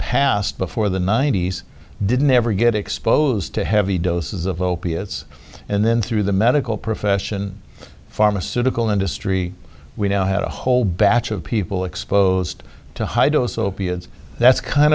past before the ninety's didn't ever get exposed to heavy doses of opiates and then through the medical profession pharmaceutical industry we now had a whole batch of people exposed to high dose opiates that's kind